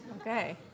Okay